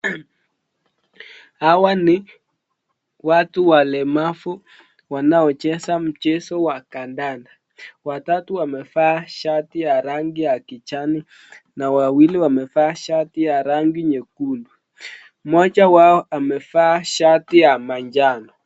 Hawa ni watu walemavu wanaocheza mchezo wa kandanda. Watatu wamevaa shati ya rangi ya kijani na wawili wamevaa shati ya rangi nyekundu mmoja wao amevaa shati ya manjano.